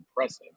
impressive